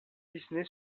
disney